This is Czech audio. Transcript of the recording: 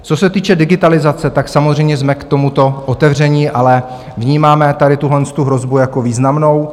Co se týče digitalizace, samozřejmě jsme tomuto otevření, ale vnímáme tady tuhle hrozbu jako významnou.